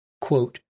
quote